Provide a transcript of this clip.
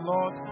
Lord